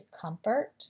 comfort